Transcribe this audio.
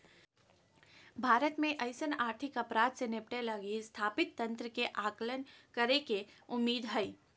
भारत में अइसन आर्थिक अपराध से निपटय लगी स्थापित तंत्र के आकलन करेके उम्मीद हइ